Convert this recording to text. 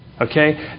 Okay